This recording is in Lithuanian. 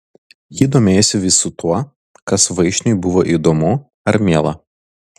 ji domėjosi visu tuo kas vaišniui buvo įdomu ar miela